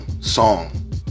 song